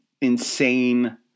insane